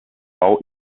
bau